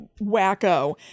wacko